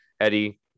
Eddie